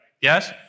Yes